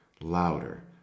Louder